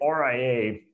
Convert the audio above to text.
RIA